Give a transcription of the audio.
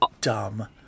dumb